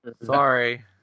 Sorry